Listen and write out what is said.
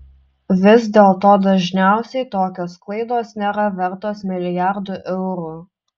vis dėlto dažniausiai tokios klaidos nėra vertos milijardų eurų